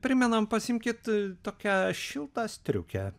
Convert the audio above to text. primenam pasiimkit tokią šiltą striukę